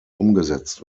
umgesetzt